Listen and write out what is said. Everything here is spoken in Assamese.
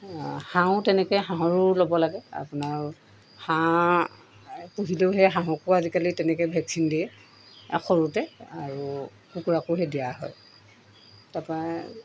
হাঁহো তেনেকৈ হাঁহৰো ল'ব লাগে আপোনাৰ হাঁহ পুহিলেও সেই হাঁহকো আজিকালি তেনেকৈ ভেকচিন দিয়ে সৰুতে আৰু কুকুৰাকো সেই দিয়া হয় তাৰপৰা